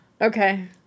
Okay